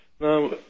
now